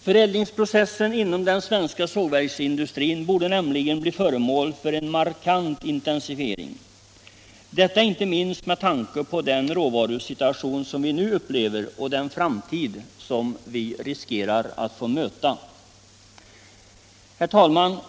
Förädlingsprocessen inom den svenska sågverksindustrin borde nämligen bli föremål för en markant intensifiering — detta inte minst med tanke på den råvarusituation vi nu upplever och den framtid vi riskerar att få möta. Herr talman!